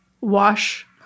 wash